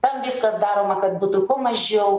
tam viskas daroma kad būtų kuo mažiau